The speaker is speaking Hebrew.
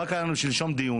רק היה לנו שלשום דיון,